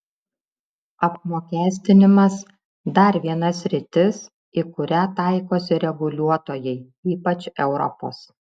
apmokestinimas dar viena sritis į kurią taikosi reguliuotojai ypač europos